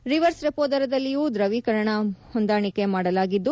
reverse repo ದರದಲ್ಲಿಯೂ ದ್ರವೀಕರಣ ಹೊಂದಾಣಿಕೆ ಮಾಡಲಾಗಿದ್ದು